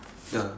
ya